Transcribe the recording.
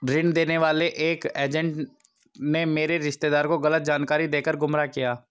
ऋण देने वाले एक एजेंट ने मेरे रिश्तेदार को गलत जानकारी देकर गुमराह किया